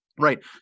Right